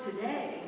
today